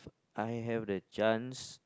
I have the chances